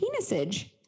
penisage